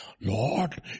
Lord